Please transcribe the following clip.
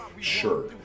Sure